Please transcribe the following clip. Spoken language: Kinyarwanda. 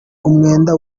umwenda